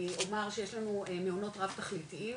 אני אומר שיש לנו מעונות רב-תכליתיים,